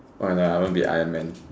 whatever I wanna be Iron Man